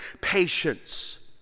patience